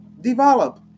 develop